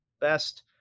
best